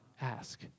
ask